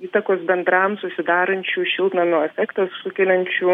įtakos bendram susidarančių šiltnamio efektą sukeliančių